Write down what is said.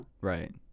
Right